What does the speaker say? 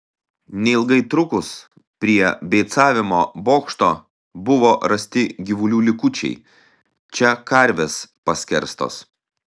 neilgai trukus prie beicavimo bokšto buvo rasti gyvulių likučiai čia karvės paskerstos